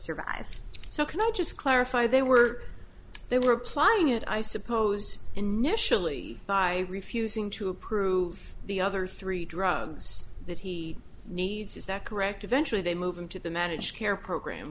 survive so can i just clarify they were they were applying it i suppose initially by refusing to approve the other three drugs that he needs is that correct eventually they move him to the managed care program